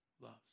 loves